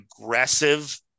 aggressive